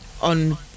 On